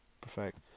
perfect